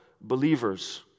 believers